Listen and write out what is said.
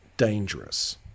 Dangerous